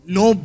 no